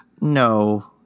No